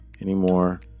anymore